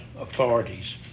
authorities